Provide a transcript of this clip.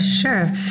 Sure